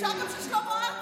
אפשר גם של שלמה ארצי.